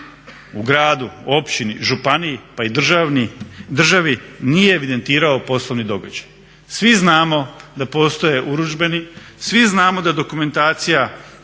u gradu, općini, županiji pa i državi nije evidentirao poslovni događaj. Svi znamo da postoje urudžbeni, svi znamo da dokumentacija